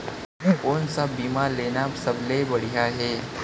कोन स बीमा लेना सबले बढ़िया हे?